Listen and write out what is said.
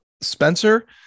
Spencer